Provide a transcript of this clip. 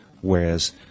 whereas